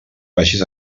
vagis